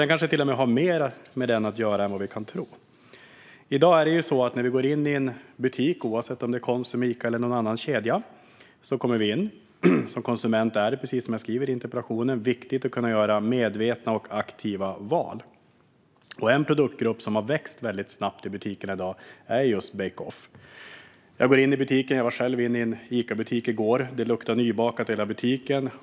Det kanske till och med har mer med den att göra än vad vi kan tro. När vi går in i en butik i dag, oavsett om det är Konsum, Ica eller någon annan kedja, är det viktigt för oss konsumenter att kunna göra medvetna och aktiva val. En produktgrupp som har vuxit snabbt i butikerna är bake-off, och jag var själv inne i en Icabutik i går där det luktade nybakat i hela butiken.